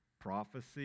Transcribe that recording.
prophecy